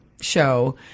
show